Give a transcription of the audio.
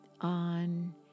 on